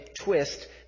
twist